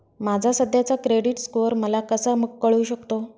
माझा सध्याचा credit score मला कसा कळू शकतो?